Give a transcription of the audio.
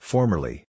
Formerly